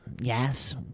Yes